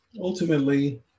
ultimately